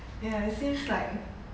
ya it seems like